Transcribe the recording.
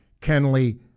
Kenley